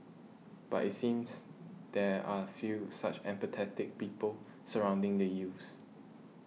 but it seems there are few such empathetic people surrounding the youths